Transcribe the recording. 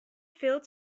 filled